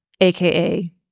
aka